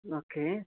okay